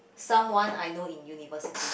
someone I know in university